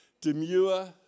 demure